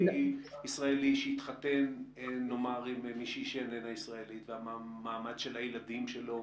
ישראלי שהתחתן נאמר עם מישהי שאיננה ישראלית והמעמד של הילדים שלו,